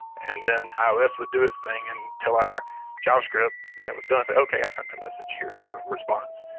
and then ios would do its thing and tell our javascript when it was done and say, okay, i sent a message. here's the response.